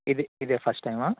ఇది ఇదే ఫస్ట్ టైమా